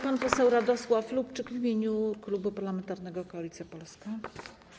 Pan poseł Radosław Lubczyk w imieniu Klubu Parlamentarnego Koalicja Polska.